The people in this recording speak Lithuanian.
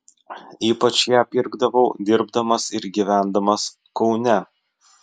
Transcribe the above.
ypač ją pirkdavau dirbdamas ir gyvendamas kaune